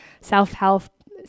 self-help